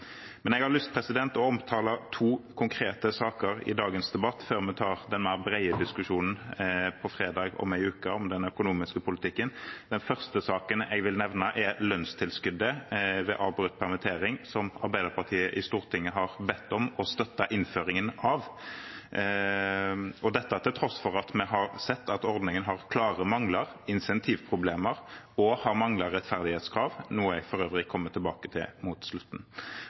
Jeg har lyst til å omtale to konkrete saker i dagens debatt før vi tar den brede diskusjonen på fredag om en uke om den økonomiske politikken. Den første saken jeg vil nevne, er lønnstilskuddet ved avbrutt permittering, som Arbeiderpartiet i Stortinget har bedt om og støttet innføringen av – dette til tross for at vi har sett at ordningen har klare mangler. Den har intensivproblemer og har manglet rettferdighetskrav, noe jeg for øvrig kommer tilbake til mot slutten.